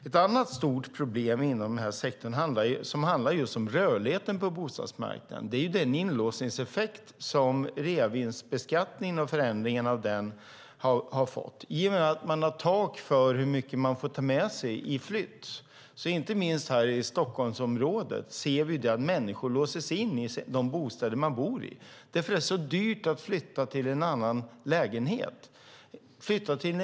Ett annat stort problem inom den här sektorn, som handlar om just rörligheten på bostadsmarknaden, är den inlåsningseffekt som reavinstbeskattningen och förändringen av den har fått. I och med att man har tak för hur mycket man får ta med sig i flytt ser vi inte minst i Stockholmsområdet att människor låses in i de bostäder de bor i för att det är så dyrt att flytta till en annan lägenhet.